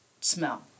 smell